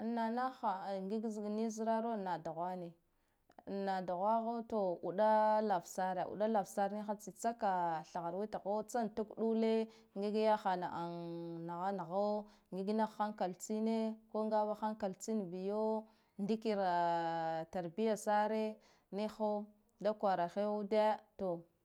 an na nahha ai ngig ni zraro na duhwa ni an na duhwaho to uɗa lav sare uɗa lavsare niha tsitsaka thahar witho tsa tuk ɗule ngig yahana an nahanaho ngig naha han kaltsine ko gaba hankal tsin biyo ndikira tar biya sare niho da kwara hayude to da bichgaha.